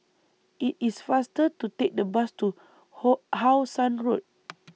IT IS faster to Take The Bus to How Sun Road